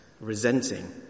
resenting